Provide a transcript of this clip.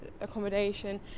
accommodation